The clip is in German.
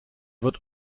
wird